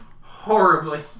horribly